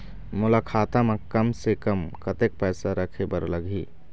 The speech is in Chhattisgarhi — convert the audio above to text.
मोला खाता म कम से कम कतेक पैसा रखे बर लगही?